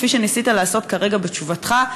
כפי שניסית לעשות כרגע בתשובתך,